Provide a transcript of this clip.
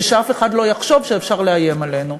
ושאף אחד לא יחשוב שאפשר לאיים עלינו.